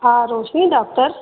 हा रोशनी डॉक्टर